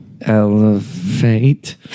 elevate